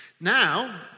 Now